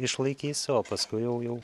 išlaikysiu o paskui jau jau